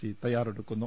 C തയ്യാറെടുക്കു ന്നു